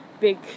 big